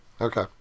Okay